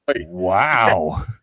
wow